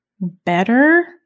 better